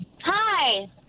Hi